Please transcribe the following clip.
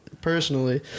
personally